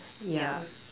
yeah